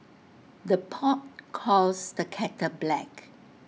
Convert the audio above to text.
the pot calls the kettle black